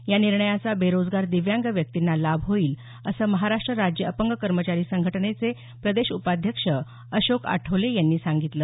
यानिर्णयाचा बेरोजगार दिव्यांग व्यक्तींना लाभ होईन असं महाराष्ट राज्य अपंग कर्मचारी संघटनेचे प्रदेश उपाध्यक्ष अशोक आठवले यांनी सांगितलं